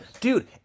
Dude